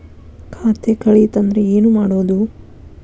ಖಾತೆ ಕಳಿತ ಅಂದ್ರೆ ಏನು ಮಾಡೋದು?